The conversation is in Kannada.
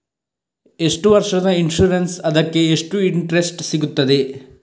ಎಷ್ಟು ವರ್ಷದ ಇನ್ಸೂರೆನ್ಸ್ ಅದಕ್ಕೆ ಎಷ್ಟು ಇಂಟ್ರೆಸ್ಟ್ ಸಿಗುತ್ತದೆ?